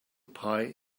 pie